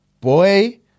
boy